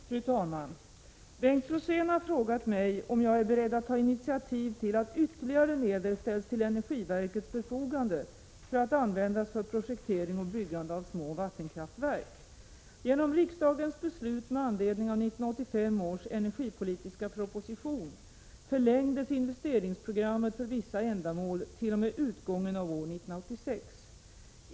Fru talman! Bengt Rosén har frågat mig om jag är beredd att ta initiativ till att ytterligare medel ställs till energiverkets förfogande för att användas för projektering och byggande av små vattenkraftverk. Genom riksdagens beslut med anledning av 1985 års energipolitiska proposition förlängdes investeringsprogrammet för vissa ändamål t.o.m. utgången av år 1986.